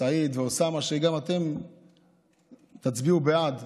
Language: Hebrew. סעיד ואוסאמה שגם אתם תצביעו בעד.